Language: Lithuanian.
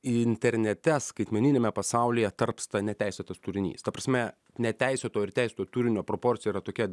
internete skaitmeniniame pasaulyje tarpsta neteisėtas turinys ta prasme neteisėto ir teisėto turinio proporcija yra tokia